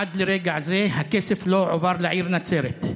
עד לרגע זה הכסף לא הועבר לעיר נצרת.